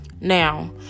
Now